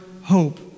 hope